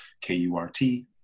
K-U-R-T